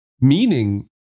meaning